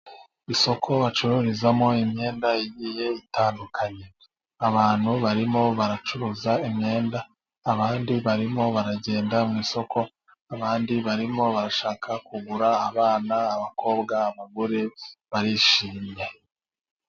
Isoko bacururizamo imyenda igiye itandukanye, abantu barimo baracuruza imyenda abandi barimo baragenda mu isoko, abandi barimo barashaka kugura abana, abakobwa, abagore, barishimye.